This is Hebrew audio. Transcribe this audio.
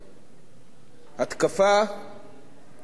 התקפה חריפה